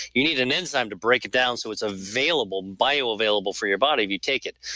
you need an enzyme to break it down so it's available, bioavailable for your body if you take it.